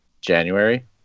January